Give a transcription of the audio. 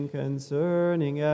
concerning